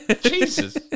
Jesus